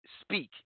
Speak